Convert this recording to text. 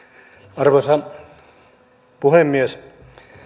arvoisa puhemies